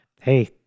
hey